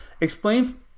explain